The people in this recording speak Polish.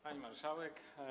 Pani Marszałek!